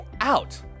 out